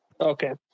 Okay